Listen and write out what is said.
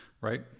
right